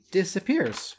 disappears